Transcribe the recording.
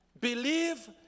Believe